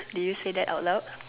did you say that out loud